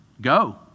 Go